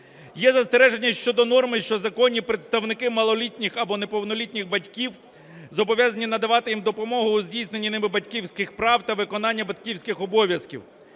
Є застереження щодо норми, що законні представники малолітніх або неповнолітніх батьків зобов'язані надавати їм допомогу у здійсненні ними батьківських прав та виконання батьківських обов'язків.